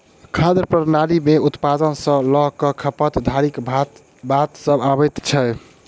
खाद्य प्रणाली मे उत्पादन सॅ ल क खपत धरिक बात सभ अबैत छै